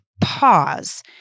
pause